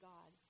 God